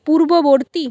পূর্ববর্তী